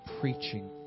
preaching